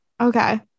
okay